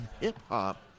hip-hop